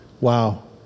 Wow